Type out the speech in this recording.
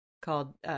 called